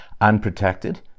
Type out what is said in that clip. unprotected